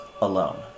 alone